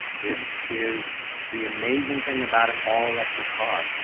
this is the amazing thing about an all electric car,